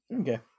okay